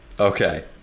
Okay